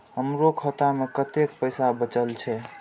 हमरो खाता में कतेक पैसा बचल छे?